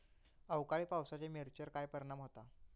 अवकाळी पावसाचे मिरचेर काय परिणाम होता?